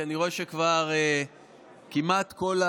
כי אני רואה שכבר כמעט כל